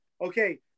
Okay